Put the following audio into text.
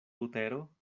butero